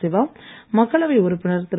சிவா மக்களவை உறுப்பினர் திரு